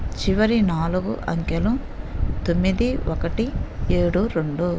చివరి నాలుగు అంకెలు తొమ్మిది ఒకటి ఏడు రెండు